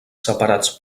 separats